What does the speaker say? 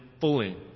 fully